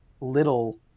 little